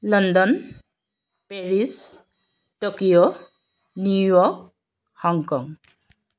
London Paris Tokyo New York Hong Kong